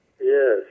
Yes